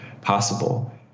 possible